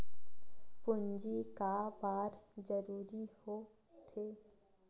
पूंजी का बार जरूरी हो थे?